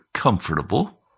Comfortable